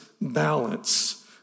balance